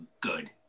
good